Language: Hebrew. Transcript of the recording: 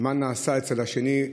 מה נעשה אצל השני.